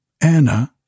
Anna